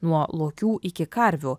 nuo lokių iki karvių